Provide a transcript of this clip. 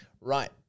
Right